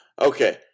Okay